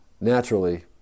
naturally